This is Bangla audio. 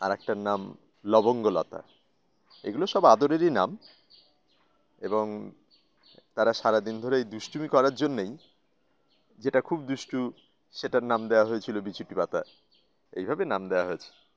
আর একটার নাম লবঙ্গলতা এগুলো সব আদরেরই নাম এবং তারা সারাদিন ধরে এই দুষ্টুমি করার জন্যেই যেটা খুব দুষ্টু সেটার নাম দেওয়া হয়েছিল বিছুটি পাতা এইভাবে নাম দেওয়া হয়েছে